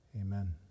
Amen